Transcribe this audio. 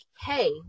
hey